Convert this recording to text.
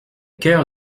cœur